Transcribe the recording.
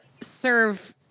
serve